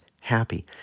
happy